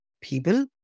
people